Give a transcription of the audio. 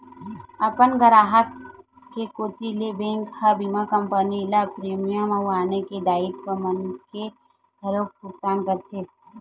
अपन गराहक के कोती ले बेंक ह बीमा कंपनी ल प्रीमियम अउ आने दायित्व मन के घलोक भुकतान करथे